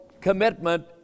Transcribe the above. commitment